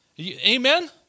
Amen